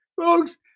Folks